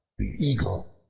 the eagle,